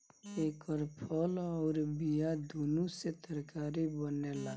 एकर फल अउर बिया दूनो से तरकारी बनेला